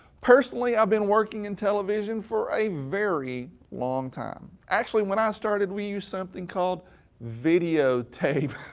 personally, i've been working in television for a very long time. actually, when i started, we used something called video tape.